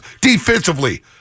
defensively